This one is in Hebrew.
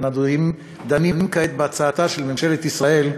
אנו דנים כעת בהצעתה של ממשלת ישראל,